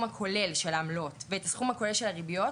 הכולל של העמלות ואת הסכום הכולל של הריביות,